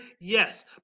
Yes